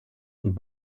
und